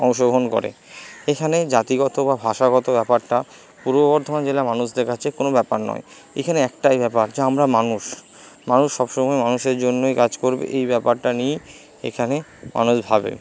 অংশগ্রহণ করে এখানে জাতিগত বা ভাষাগত ব্যাপারটা পূর্ব বর্ধমান জেলার মানুষদের কাছে কোনো ব্যাপার নয় এখানে একটাই ব্যাপার যে আমরা মানুষ মানুষ সবসময় মানুষের জন্যই কাজ করবে এই ব্যাপারটা নিয়েই এখানে মানুষ ভাবে